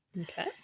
okay